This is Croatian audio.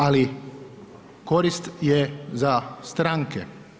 Ali korist je za stranke.